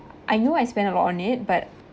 I know I spend a lot on it but